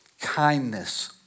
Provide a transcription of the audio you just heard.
kindness